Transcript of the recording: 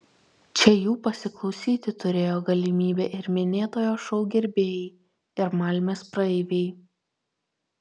čia jų pasiklausyti turėjo galimybę ir minėtojo šou gerbėjai ir malmės praeiviai